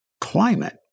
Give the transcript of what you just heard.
climate